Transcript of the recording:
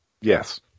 Yes